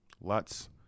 Lots